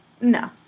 No